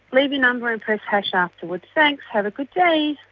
leave your number and press hash afterwards. thanks, have a good day!